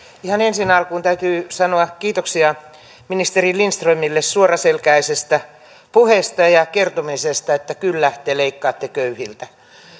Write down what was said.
ihan ensin alkuun täytyy sanoa kiitoksia ministeri lindströmille suoraselkäisestä puheesta ja sen kertomisesta että kyllä te leikkaatte köyhiltä